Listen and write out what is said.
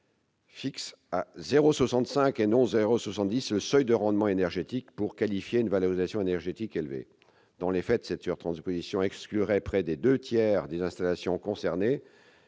fixent à 0,65, et non à 0,7, le seuil de rendement énergétique pour qualifier une « valorisation énergétique élevée ». Dans les faits, cette surtransposition exclurait près des deux tiers des installations concernées